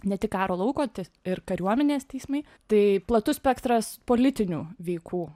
ne tik karo lauko ti ir kariuomenės teismai tai platus spektras politinių veikų